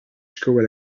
szkołę